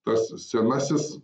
tas senasis